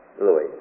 Louis